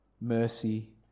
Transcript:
mercy